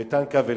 ואיתן כבל,